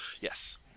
Yes